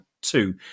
two